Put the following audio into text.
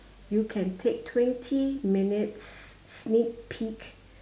you can take twenty minutes sneak peak